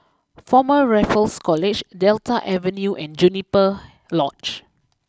Former Raffles College Delta Avenue and Juniper Lodge